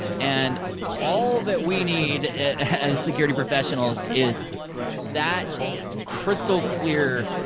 and all that we need as security professionals is that crystal clear,